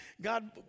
God